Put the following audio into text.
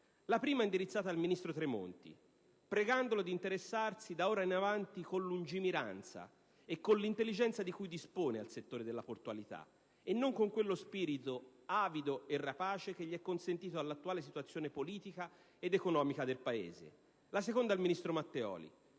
La prima è indirizzata al ministro Tremonti: lo prego di interessarsi, da ora in avanti, con lungimiranza e con l'intelligenza di cui dispone, al settore della portualità, e non con quello spirito avido e rapace che gli è consentito dall'attuale situazione politica ed economica del Paese. La seconda richiesta è rivolta